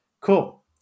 Cool